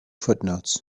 footnotes